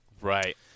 Right